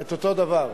את אותו דבר.